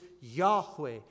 Yahweh